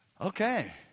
okay